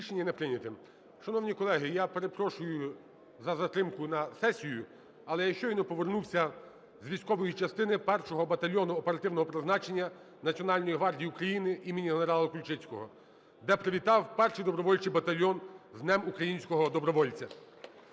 Рішення не прийняте. Шановні колеги, я перепрошую за затримку на сесію, але я щойно повернувся з військової частини Першого батальйону оперативного призначення Національної гвардії України імені генерала Кульчицького, де привітав Перший добровольчий батальйон з Днем українського добровольця.